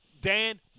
Dan